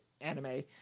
anime